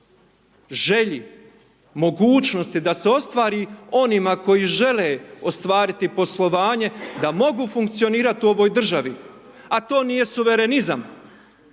želji mogućnosti, da se ostvari onima koji žele ostvariti poslovanje, da mogu funkcionirati u ovoj državi, a to nije suvremenizam.